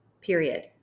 period